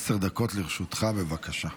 עשר דקות לרשותך, בבקשה.